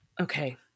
Okay